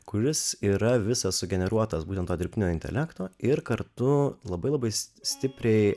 kuris yra visas sugeneruotas būtent to dirbtinio intelekto ir kartu labai labai stipriai